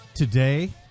Today